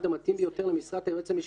המתאים ביותר למשרת היועץ המשפטי,